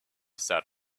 sat